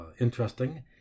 interesting